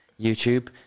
YouTube